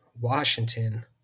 Washington –